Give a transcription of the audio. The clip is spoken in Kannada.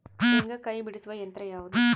ಶೇಂಗಾಕಾಯಿ ಬಿಡಿಸುವ ಯಂತ್ರ ಯಾವುದು?